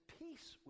peace